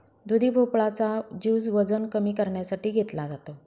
दुधी भोपळा चा ज्युस वजन कमी करण्यासाठी घेतला जातो